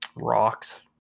Rocks